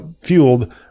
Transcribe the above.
fueled